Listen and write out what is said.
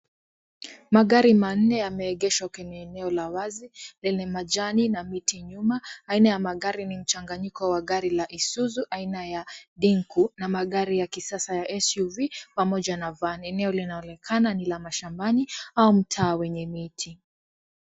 Magari manne yameegeshwa kwenye eneo la wazi lenye majani na miti nyuma, aina ya magari ni mchanganyiko wa gari la Isuzu aina ya dengku na magari ya kisasa ya SUV pamoja na Van, eneo linaonekana ni la mashambani au mtaa wenye miti.